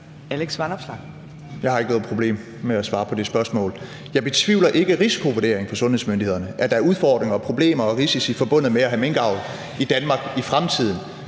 Jeg betvivler ikke risikovurderingen fra sundhedsmyndighederne, altså at der er udfordringer, problemer og risici forbundet med at have minkavl i Danmark i fremtiden.